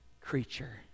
creature